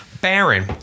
Baron